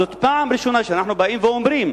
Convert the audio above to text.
זו פעם ראשונה שאנחנו באים ואומרים,